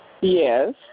Yes